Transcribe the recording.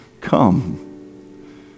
come